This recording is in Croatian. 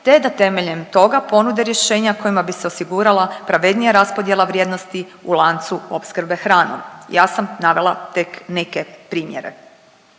te da temeljem toga ponude rješenja kojima bi se osigurala pravednija raspodjela vrijednosti u lancu opskrbe hranom. Ja sam navela tek neke primjere.